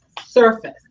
surface